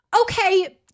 okay